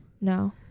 No